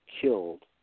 killed